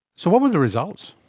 so what were the results?